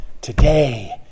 today